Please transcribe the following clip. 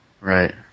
Right